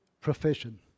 profession